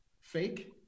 fake